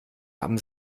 haben